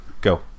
Go